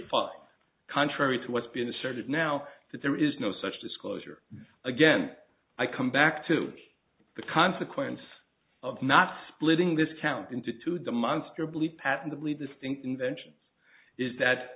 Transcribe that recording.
fall contrary to what's been asserted now that there is no such disclosure again i come back to the consequence of not splitting this count into two demonstrably patently distinct inventions is that